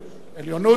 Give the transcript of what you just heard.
עליונות צבאית.